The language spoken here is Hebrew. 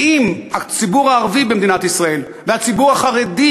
כי אם הציבור הערבי במדינת ישראל והציבור החרדי